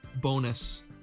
bonus